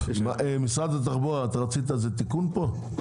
משרד התחבורה, זה תיקון פה?